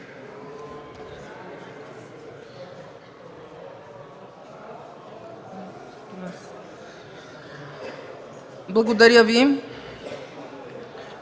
Благодаря Ви.